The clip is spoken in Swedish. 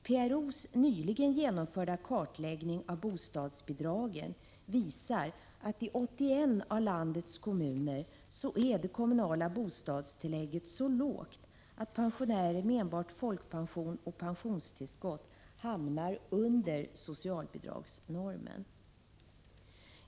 PRO:s nyligen genomförda kartläggning av bostadsbidragen visar att i 81 av landets kommuner är det kommunala bostadstillägget så lågt att pensionärer med enbart folkpension och pensionstillskott hamnar under socialbidragsnormen.